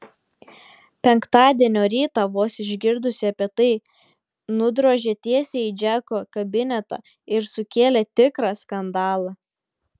penktadienio rytą vos išgirdusi apie tai nudrožė tiesiai į džeko kabinetą ir sukėlė tikrą skandalą